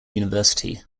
university